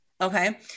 Okay